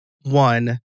one